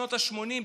בשנות השמונים,